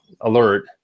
alert